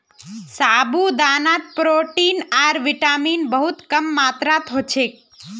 साबूदानात प्रोटीन आर विटामिन बहुत कम मात्रात ह छेक